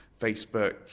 Facebook